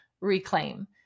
RECLAIM